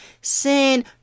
Sin